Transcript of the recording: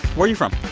where are you from?